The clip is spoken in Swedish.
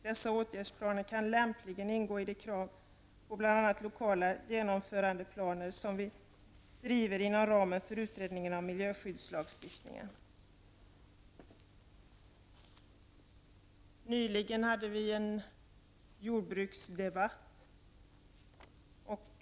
Dessa åtgärdsplaner kan lämpligen ingå i det krav på bl.a. lokala genomförandeplaner som vi driver inom ramen för utredningen om miljöskyddslagstiftningen. Nyligen hade vi en jordbruksdebatt här i kammaren.